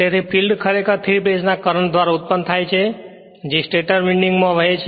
તેથી ફિલ્ડ ખરેખર 3 ફેજ ના કરંટ ધ્વારા ઉત્પન્ન થાય છે જે સ્ટેટર વિન્ડિંગ્સ માં વહે છે